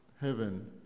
heaven